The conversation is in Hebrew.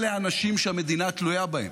אלה האנשים שהמדינה תלויה בהם.